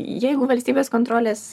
jeigu valstybės kontrolės